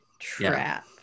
trap